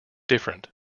different